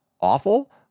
awful